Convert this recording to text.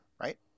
Right